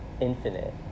infinite